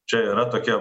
čia yra tokia